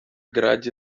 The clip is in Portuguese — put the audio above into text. grade